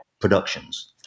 productions